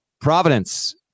Providence